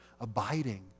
abiding